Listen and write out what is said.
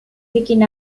leaking